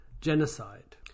genocide